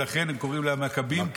ולכן הם קוראים להם "מקבים",